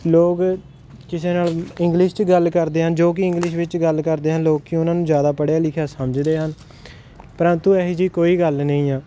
ਲੋਕ ਕਿਸੇ ਨਾਲ ਇੰਗਲਿਸ਼ 'ਚ ਗੱਲ ਕਰਦੇ ਹਨ ਜੋ ਕਿ ਇੰਗਲਿਸ਼ ਵਿੱਚ ਗੱਲ ਕਰਦੇ ਹਨ ਲੋਕ ਉਹਨਾਂ ਨੂੰ ਜ਼ਿਆਦਾ ਪੜ੍ਹਿਆ ਲਿਖਿਆ ਸਮਝਦੇ ਹਨ ਪਰੰਤੂ ਇਹੋ ਜਿਹੀ ਕੋਈ ਗੱਲ ਨਹੀਂ ਆ